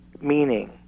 meaning